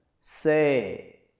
Say